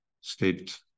state